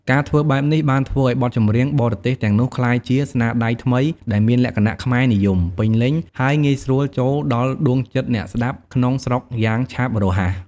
ការធ្វើបែបនេះបានធ្វើឲ្យបទចម្រៀងបរទេសទាំងនោះក្លាយជា ស្នាដៃថ្មីដែលមានលក្ខណៈខ្មែរនិយម ពេញលេញ ហើយងាយស្រួលចូលដល់ដួងចិត្តអ្នកស្តាប់ក្នុងស្រុកយ៉ាងឆាប់រហ័ស។